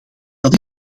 dat